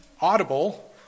audible